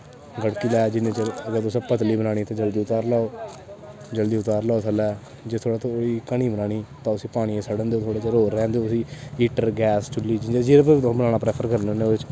गड़की लै जिन्ने चिर अगर तुसें पतली बनानी ते तुस जल्दी उतारी लैओ जल्दी उतारी लैओ थल्लै जे तुसें थोह्ड़ी घनी बनानी तां उसी पानियै गी सड़न देओ थोह्ड़े चिर होर रैह्न देओ उसी हीटर गैस चुल्ली च जिस च तुसें बनाना फ्रैफर करने होन्ने ओ उस उप्पर रक्खो